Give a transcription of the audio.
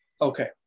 Okay